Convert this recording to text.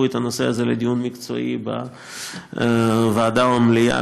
את הנושא הזה לדיון מקצועי בוועדה או במליאה,